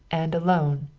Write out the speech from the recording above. and alone?